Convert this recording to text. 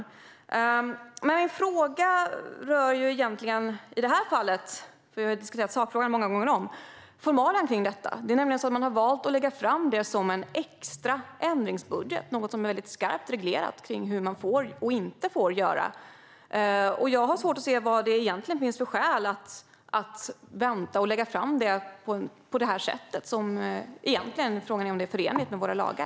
Min fråga rör egentligen i det här fallet - vi har ju diskuterat sakfrågan flera gånger om - formalian kring detta. Man har nämligen valt att lägga fram det här som en extra ändringsbudget, och det är skarpt reglerat hur man får och inte får göra när det gäller sådana. Jag har svårt att se vad det egentligen finns för skäl att vänta och lägga fram det på det här sättet. Frågan är om det egentligen är förenligt med våra lagar.